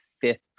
fifth